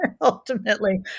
ultimately